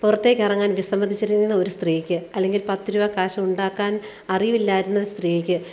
പുറത്തേക്ക് ഇറങ്ങാൻ വിസമ്മതിച്ചിരുന്ന ഒരു സ്ത്രീയ്ക്ക് അല്ലെങ്കിൽ പത്തുരൂപ കാശുണ്ടാക്കാൻ അറിവില്ലായിരുന്ന ഒര് സ്ത്രീയ്ക്ക്